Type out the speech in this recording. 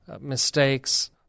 mistakes